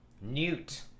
Newt